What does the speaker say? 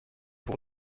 pour